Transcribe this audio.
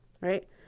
right